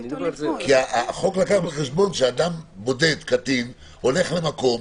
החוק לקח בחשבון שאדם בודד, קטין, הלך למקום.